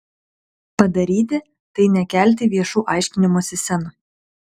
padaryti tai nekelti viešų aiškinimosi scenų